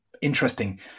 interesting